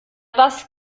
das